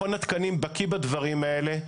מכון התקנים בקיא בדברים האלה,